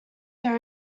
there